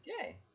Okay